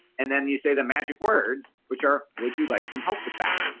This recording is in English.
and then you say the magic words which are would you like some help with that.